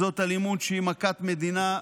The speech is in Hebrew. זאת אלימות שהיא מכת מדינה.